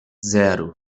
zero